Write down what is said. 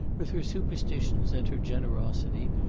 with her superstitions and her generosity,